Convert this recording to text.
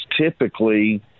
typically